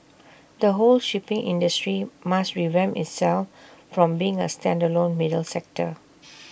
the whole shipping industry must revamp itself from being A standalone middle sector